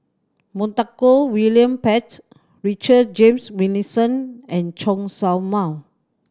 Montague William Pett Richard James Wilkinson and Chen Show Mao